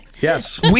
Yes